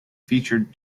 featured